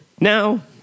Now